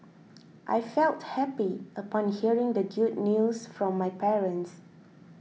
I felt happy upon hearing the good news from my parents